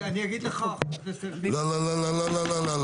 אני אגיד לך --- לא, לא, לא.